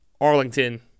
Arlington